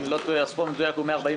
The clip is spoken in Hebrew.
אם אני לא טועה הסכום במדויק היה 146